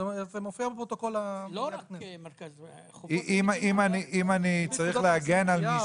כן, הוא הסכים במליאה.